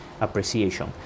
Appreciation